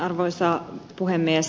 arvoisa puhemies